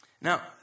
Now